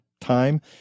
time